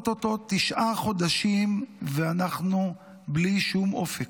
או-טו-טו תשעה חודשים, ואנחנו בלי שום אופק.